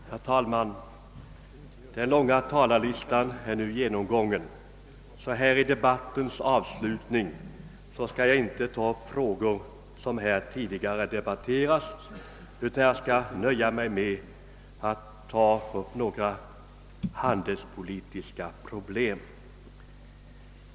Herr talman! Den långa talarlistan är nu genomgången. Så här i debattens avslutning skall jag inte ta upp de frågor som tidigare debatterats, utan jag skall nöja mig med att beröra några handelspolitiska problem.